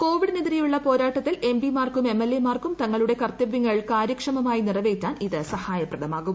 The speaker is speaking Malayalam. കോവിഡിനെതിരെയുള്ള പോരാട്ടത്തിൽ എംപി മാർക്കും എംഎൽഎ മാർക്കും തങ്ങളുടെ കർത്തവൃങ്ങൾ കാര്യക്ഷമമായി നിറവേറ്റാൻ ഇത് സഹായപ്രദമാകും